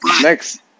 next